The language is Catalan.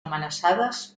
amenaçades